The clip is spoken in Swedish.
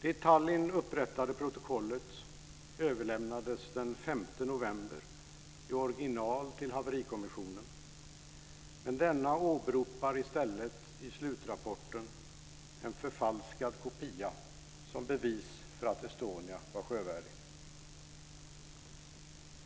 Det i Tallinn upprättade protokollet överlämnades den 5 november i original till haverikommissionen, men denna åberopar i stället, i slutrapporten, en förfalskad kopia som bevis för att Estonia var sjövärdig.